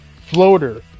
floater